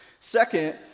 Second